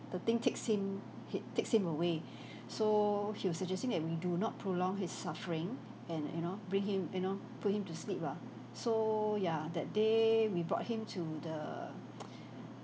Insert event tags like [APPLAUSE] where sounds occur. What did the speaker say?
the thing takes he takes him away [BREATH] so he was suggesting that we do not prolong his suffering and you know bring him you know put him to sleep lah so ya that day we brought him to the [NOISE] [BREATH]